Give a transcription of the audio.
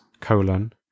colon